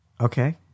okay